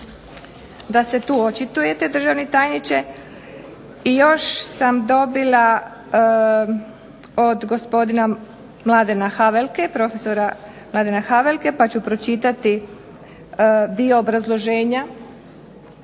DA se tu očitujete državni tajniče. I još sam dobila od gospodina Mladena Havelke, profesora, pa ću pročitati dio obrazloženja